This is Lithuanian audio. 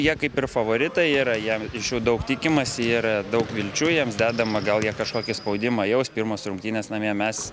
jie kaip ir favoritai yra jiem iš jų daug tikimasi ir daug vilčių jiems dedama gal jie kažkokį spaudimą jaus pirmos rungtynės namie mes